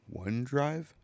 OneDrive